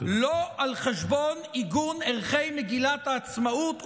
לא על חשבון עיגון ערכי מגילת העצמאות,